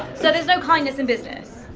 so there's no kindness in business?